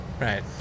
Right